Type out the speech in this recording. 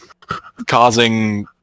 causing